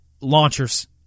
launchers